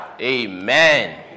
Amen